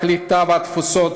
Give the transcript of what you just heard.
הקליטה והתפוצות,